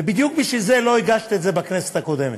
ובדיוק בגלל זה לא הגשת את זה בכנסת הקודמת.